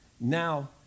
Now